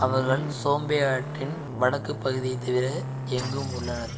அவர்கள் சோம்பே ஆற்றின் வடக்குப் பகுதியைத் தவிர எங்கும் உள்ளனர்